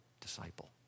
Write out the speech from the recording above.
disciple